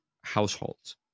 households